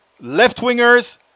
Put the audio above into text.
left-wingers